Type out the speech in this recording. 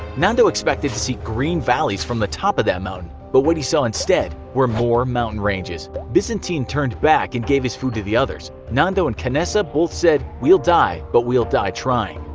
nando expected to see green valleys from the top of that mountain, but what he saw instead were more mountain ranges. vizintin turned back and gave his food to the others. nando and canessa both said, we'll die, but we'll die trying.